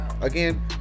again